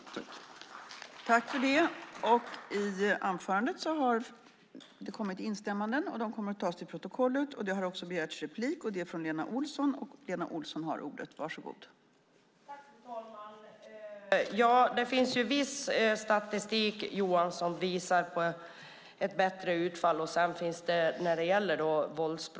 I anförandet instämde Helena Bouveng, Pia Hallström och Patrick Reslow , Roger Haddad och Caroline Szyber .